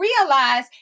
realize